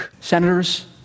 Senators